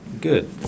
good